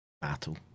battle